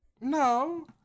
No